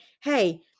hey